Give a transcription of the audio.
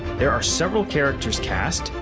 there are several characters cast,